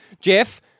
Jeff